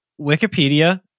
Wikipedia